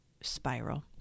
spiral